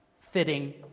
fitting